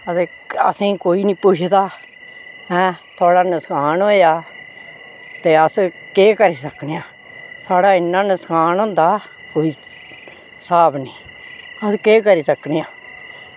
ते असें ई कोई निं पुच्छदा ऐ ऐं थुआढ़ा नुकसान होएआ ते अस केह् करी सकने आं साढ़ा इन्ना नुकसान होंदा कोई स्हाब निं अस केह् करी सकने आं